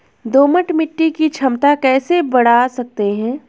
दोमट मिट्टी की क्षमता कैसे बड़ा सकते हैं?